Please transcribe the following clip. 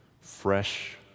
fresh